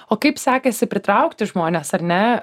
o kaip sekėsi pritraukti žmones ar ne